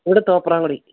ഇവിടെ തോപ്രാംകൊടി